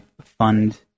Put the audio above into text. fund